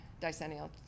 decennial